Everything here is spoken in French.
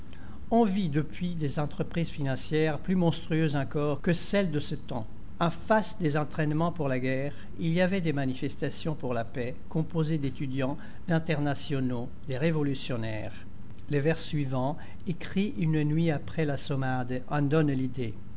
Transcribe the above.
on vit depuis des entreprises financières plus monstrueuses encore que celles de ce temps en face des entraînements pour la guerre il y avait des manifestations pour la paix composées d'étudiants d'internationaux de révolutionnaires les vers suivants écrits une nuit après l'assommade en donnent l'idée